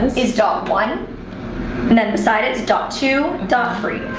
is dot one and then beside it is dot two dot three,